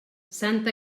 santa